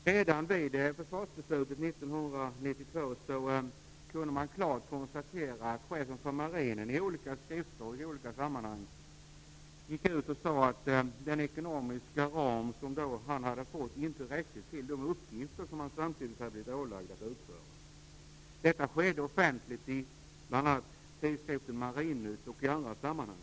Redan vid försvarsbeslutet 1992 kunde man klart konstatera att chefen för Marinen i olika skrifter och i olika sammanhang gick ut och sade att den ekonomiska ram han hade fått inte räckte till de uppgifter han samtidigt hade blivit ålagd att utföra. Detta skedde offentligt i tidskriften Marinnytt och i andra sammanhang.